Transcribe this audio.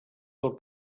del